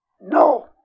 No